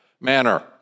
manner